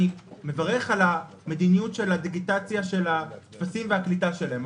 מברך על המדיניות של הדיגיטציה של הטפסים והקליטה שלהם,